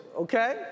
okay